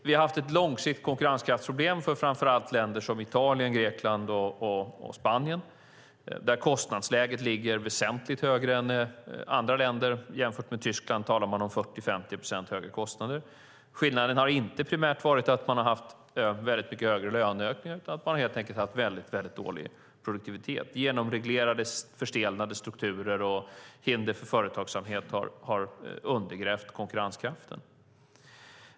Vi har haft ett långsiktigt konkurrenskraftsproblem för framför allt länder som Italien, Grekland och Spanien, där kostnadsläget ligger väsentligt högre än i andra länder. Jämfört med Tyskland talar man om 40-50 procent högre kostnader. Skillnaden har inte primärt varit att man har haft väldigt mycket större löneökningar utan att man helt enkelt haft väldigt dålig produktivitet. Genomreglerade, förstelnade strukturer och hinder för företagsamhet har undergrävt konkurrenskraften.